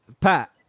Pat